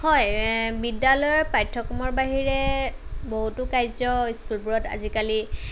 হয় বিদ্যালয়ৰ পাঠ্যক্ৰমৰ বাহিৰে বহুতো কাৰ্য্য় স্কুলবোৰত আজিকালি